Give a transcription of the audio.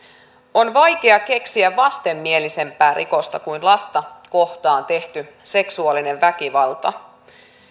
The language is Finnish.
on vaikea keksiä vastenmielisempää rikosta kuin lasta kohtaan tehty seksuaalinen väkivalta